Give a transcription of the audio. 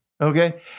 Okay